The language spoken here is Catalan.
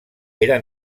era